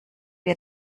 wir